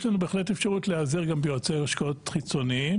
יש לנו בהחלט אפשרות להיעזר גם ביועצי השקעות חיצוניים,